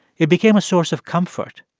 it became a source of comfort,